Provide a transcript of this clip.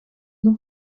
n’en